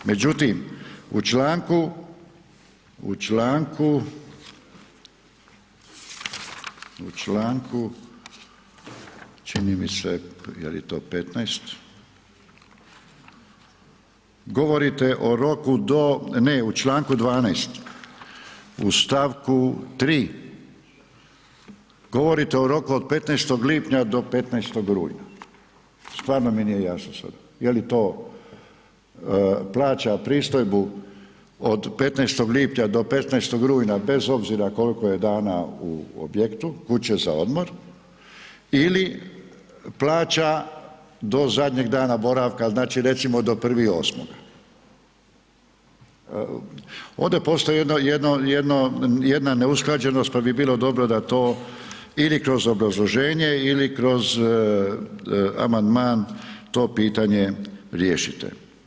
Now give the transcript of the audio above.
Međutim, u Članku čini mi se je li to 15. govorite o roku do, ne u Članku 12. u stavku 3. govorite od roku od 15. lipnja do 15. rujna, stvarno mi nije jasno sad, je li to plaća pristojbu od 15. lipnja do 15. rujna bez obzira koliko je dana u objektu kuće za odmor ili plaća do zadnjeg dana boravka znači recimo do 1. 8. Ovdje postoji jedno, jedna neusklađenost pa bit bilo dobro da to ili kroz obrazloženje ili kroz amandman to pitanje riješite.